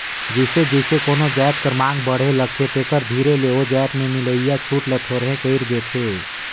जइसे जइसे कोनो जाएत कर मांग बढ़े लगथे तेकर धीरे ले ओ जाएत में मिलोइया छूट ल थोरहें कइर देथे